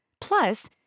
Plus